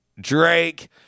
Drake